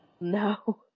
No